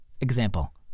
example